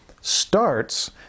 starts